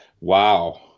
wow